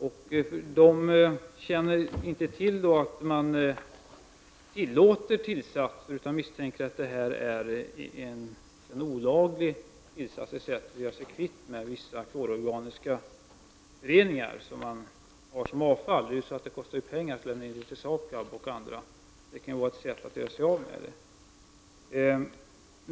Man kände inte till att det var tillåtet att ha kemiska tillsatser i bränsle utan misstänkte att det här var olagligt. Man tillsatte ämnen för att bli kvitt vissa klororganiska föroreningar i avfall. Det kostar ju pengar att vända sig till Sakab eller andra. Det kan vara ett sätt att göra sig av med dessa ämnen.